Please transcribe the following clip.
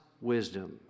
wisdom